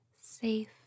safe